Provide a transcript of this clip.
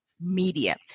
media